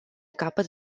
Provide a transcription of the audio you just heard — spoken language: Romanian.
capăt